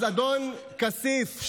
אז אדון כסיף,